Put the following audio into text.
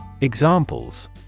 Examples